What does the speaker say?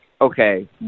okay